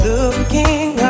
Looking